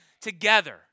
together